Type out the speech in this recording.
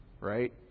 Right